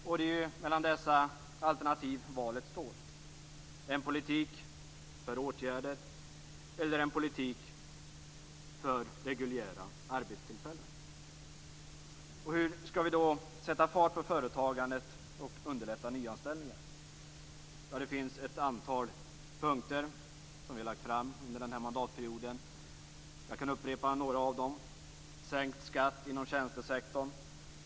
Det är mellan dessa alternativ valet står, dvs. mellan en politik för åtgärder och en politik för reguljära arbetstillfällen. Hur skall vi då sätta fart på företagandet och underlätta nyanställningar? Det finns ett antal punkter som vi har lagt fram under den här mandatperioden. Jag kan upprepa några av dem. Vi har föreslagit en sänkt skatt inom tjänstesektorn.